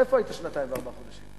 איפה היית שנתיים וארבעה חודשים?